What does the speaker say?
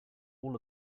all